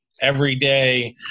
everyday